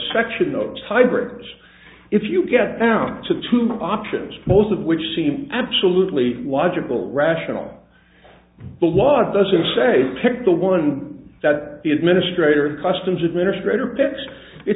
section notes highbridge if you get down to two of options most of which seem absolutely logical rational but was doesn't say pick the one that the administrator customs